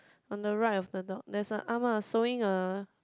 on the right of the door there is a ah ma sewing a